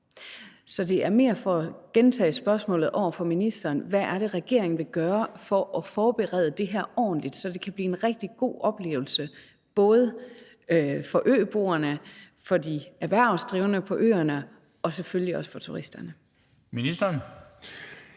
Så det er mere for at gentage spørgsmålet over for ministeren: Hvad er det, regeringen vil gøre for at forberede det her ordentligt, så det kan blive en rigtig god oplevelse både for øboerne, for de erhvervsdrivende på øerne og selvfølgelig også for turisterne? Kl.